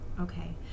Okay